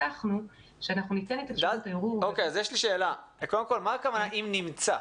הבטחנו שניתן את זכות הערעור --- מה הכוונה "אם נמצא"?